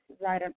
right